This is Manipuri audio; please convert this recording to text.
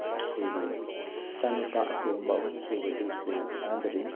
ꯑꯩꯈꯣꯏꯒꯤ ꯏꯆꯥ ꯅꯨꯄꯥ ꯑꯇꯣꯝꯕ ꯑꯍꯨꯝ ꯁꯨꯕꯗꯤ ꯁ꯭ꯀꯨꯜ ꯀꯥꯗ꯭ꯔꯤ